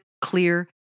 clear